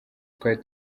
twari